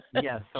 Yes